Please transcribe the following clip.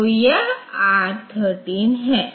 आपने देखा है कि 8085 में कोई गुणन ऑपरेशन नहीं है